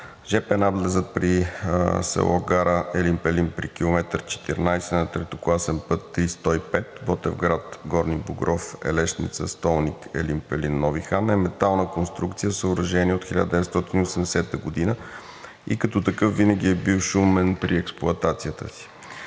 жп надлезът при село Гара Елин Пелин при км 14+100 на третокласен път III 105 Ботевград – Горни Богров – Елешница – Столник – Елин Пелин – Нови хан е метална конструкция – съоръжение от 1980 г., и като такъв винаги е бил шумен при експлоатацията си.